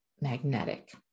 magnetic